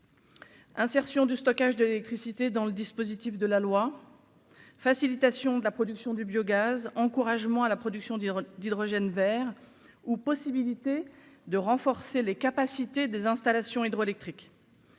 Insertion du stockage de l'électricité dans le dispositif de la loi facilitation de la production du biogaz encouragement à la production d'hydrogène Vert ou possibilité de renforcer les capacités des installations hydroélectriques.